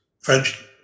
French